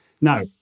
Now